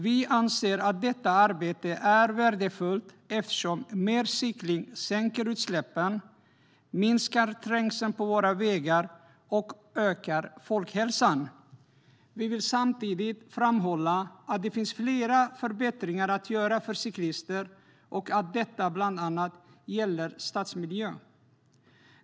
Vi anser att detta arbete är värdefullt eftersom mer cykling sänker utsläppen, minskar trängseln på våra vägar och ökar folkhälsan. Vi vill samtidigt framhålla att det finns flera förbättringar att göra för cyklister och att detta gäller bland annat stadsmiljön.